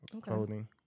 clothing